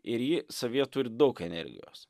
ir ji savyje turi daug energijos